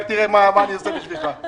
תראה מה אני עושה בשבילך.